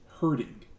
Hurting